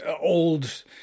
old